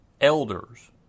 elders